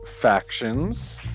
factions